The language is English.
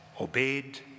obeyed